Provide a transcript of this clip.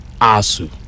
ASU